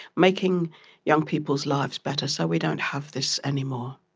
making young people's lives better so we don't have this anymore.